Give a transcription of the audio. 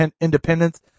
independence